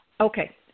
Okay